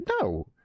No